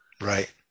Right